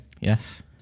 yes